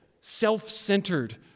self-centered